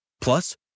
Plus